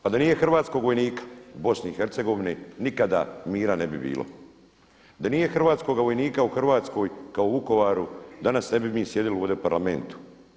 Pa da nije hrvatskog vojnika u Bosni i Hercegovini nikada mira ne bi bilo, da nije hrvatskoga vojnika u Hrvatskoj kao u Vukovaru danas ne bi mi sjedili ovdje u Parlamentu.